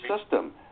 system